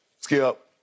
Skip